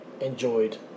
enjoyed